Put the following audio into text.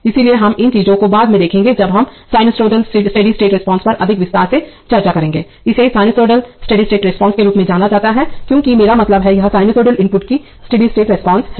इसलिए हम इन चीजों को बाद में देखेंगे जब हम साइनसॉइडल स्टेडी स्टेट रिस्पांस पर अधिक विस्तार से चर्चा करेंगे इसे साइनसॉइडल स्टेडी स्टेट रिस्पांस के रूप में जाना जाता है क्योंकि मेरा मतलब है कि यह साइनसॉइडल इनपुट की स्टेडी स्टेट रिस्पांस है